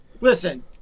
listen